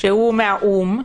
שהוא מהאו"ם,